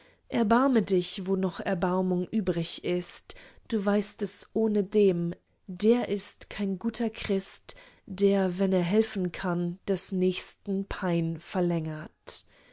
erbarme dich wo noch erbarmung übrig ist du weißt es ohnedem der ist kein guter christ der wenn er helfen kann des nächsten pein verlängert